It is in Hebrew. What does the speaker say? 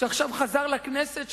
שעכשיו חזר לכנסת,